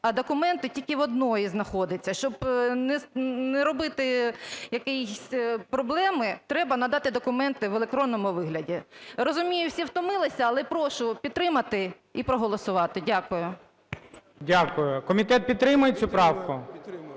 а документи тільки в одної знаходяться. Щоб не робити якоїсь проблеми, треба надати документи в електронному вигляді. Розумію, всі втомилися. Але прошу підтримати і проголосувати. Дякую. ГОЛОВУЮЧИЙ. Дякую. Комітет підтримує цю правку? ГЕТМАНЦЕВ